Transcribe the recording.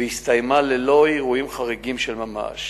והסתיימה ללא אירועים חריגים של ממש,